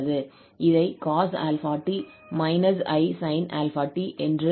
இதை cos 𝛼𝑡 − 𝑖 sin 𝛼𝑡 என்று எழுதலாம்